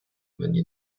мені